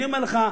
אני אומר לך,